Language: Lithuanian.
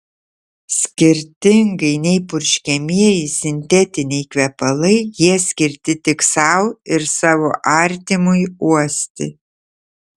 skirtingai nei purškiamieji sintetiniai kvepalai jie skirti tik sau ir savo artimui uosti